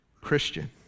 Christian